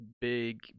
big